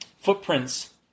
footprints